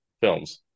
films